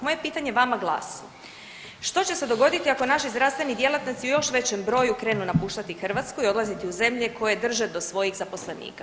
Moje pitanje vama glasi, što će se dogoditi ako naši zdravstveni djelatnici u još većem broju krenu napuštati Hrvatsku i odlaziti u zemlje koje drže do svojih zaposlenika?